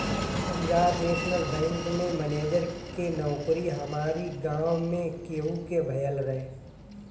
Punjab national bank में manager के नोकरी हमारी गांव में केहू के भयल रहे